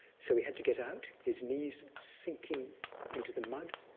so he had to get out, his knees sinking into the mud,